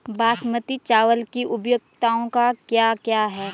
बासमती चावल की उपयोगिताओं क्या क्या हैं?